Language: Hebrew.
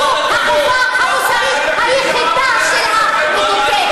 זו החובה המוסרית היחידה של המדוכא,